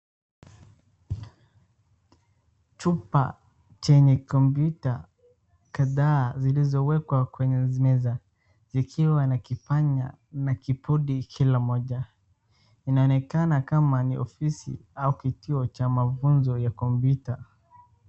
Chumba chenye kompyuta kadhaa zilizowekwa kwenye meza zikiwa na kipanya na kibodi kila moja. Inaonekana kama ni ofisi au kituo cha mafunzo ya kompyuta.